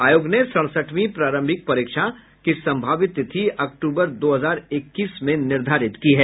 आयोग ने सड़सठवीं प्रारंभिक परीक्षा की सम्भावित तिथि अक्टूबर दो हजार इक्कीस में निर्धारित की है